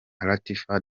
latifah